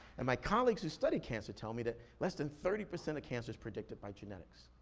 and my colleagues who study cancer tell me that less than thirty percent of cancer is predicted by genetics.